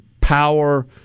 power